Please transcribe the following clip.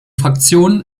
fraktion